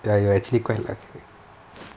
ya you are actually quite lucky